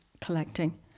collecting